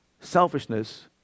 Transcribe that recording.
selfishness